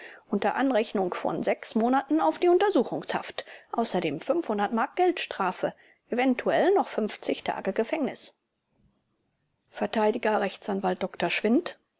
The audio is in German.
unter anrechnung von monaten auf die untersuchungshaft außerdem mark geldstrafe eventuell noch fünfzig tage gefängnis vert r a dr schwindt